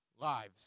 lives